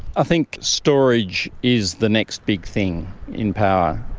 i think storage is the next big thing in power.